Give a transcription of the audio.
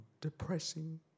depressing